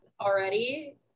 already